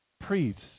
priests